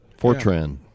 Fortran